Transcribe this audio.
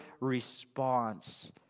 response